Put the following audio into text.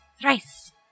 Thrice